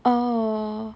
oh